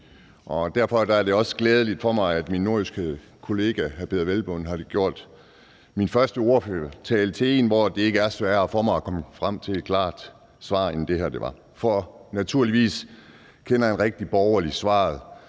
derfor er det også glædeligt for mig, at min nordjyske kollega hr. Peder Hvelplund har gjort min første ordførertale til en, hvor det ikke var sværere for mig at komme frem til et klart svar, end det her var. For naturligvis kender en rigtig borgerlig svaret,